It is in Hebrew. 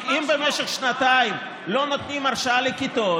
כי אם במשך שנתיים לא נותנים הרשאה לכיתות,